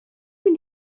mynd